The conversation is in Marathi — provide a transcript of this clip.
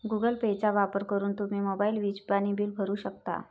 गुगल पेचा वापर करून तुम्ही मोबाईल, वीज, पाणी बिल भरू शकता